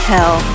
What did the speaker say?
Hell